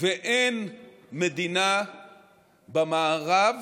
ואין מדינה במערב,